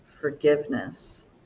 forgiveness